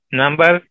number